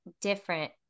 different